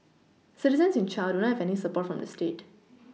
citizens in Chile do not have any support from the state